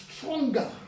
stronger